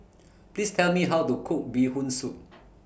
Please Tell Me How to Cook Bee Hoon Soup